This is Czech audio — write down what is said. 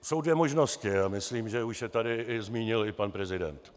Jsou dvě možnosti a myslím, že už je tady zmínil i pan prezident.